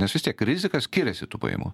nes vis tiek rizika skiriasi tų pajamų